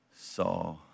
saw